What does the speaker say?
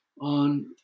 on